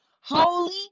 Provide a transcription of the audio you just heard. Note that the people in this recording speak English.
holy